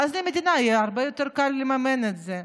ואז למדינה היה הרבה יותר קל לממן את זה.